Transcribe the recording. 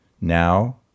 now